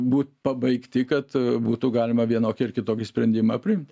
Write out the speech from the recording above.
būt pabaigti kad būtų galima vienokį ar kitokį sprendimą priimt